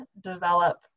develop